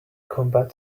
combat